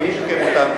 מי ישקם אותם?